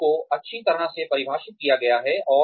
लक्ष्यों को अच्छी तरह से परिभाषित किया गया है